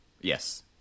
Yes